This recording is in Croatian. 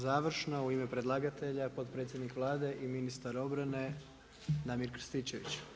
Završna, u ime predlagatelja potpredsjednik Vlade i ministar obrane Damir Krstičević.